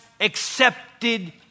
accepted